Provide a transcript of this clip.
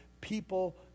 people